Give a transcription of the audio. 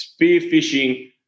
spearfishing